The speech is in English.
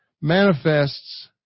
manifests